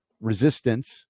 resistance